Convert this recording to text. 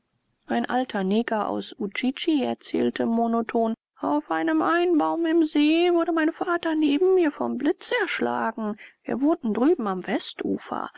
ein alter neger aus udjidji erzählte monoton auf einem einbaum im see wurde mein vater neben mir vom blitz erschlagen wir wohnten drüben am westufer